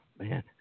Man